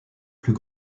plus